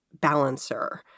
balancer